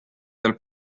dal